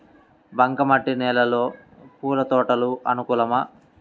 బంక మట్టి నేలలో పూల తోటలకు అనుకూలమా?